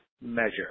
measure